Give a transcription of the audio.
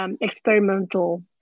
Experimental